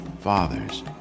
fathers